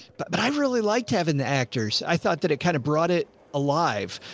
but but i really liked having the actors. i thought that it kind of brought it alive.